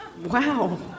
Wow